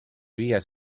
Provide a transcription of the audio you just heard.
viies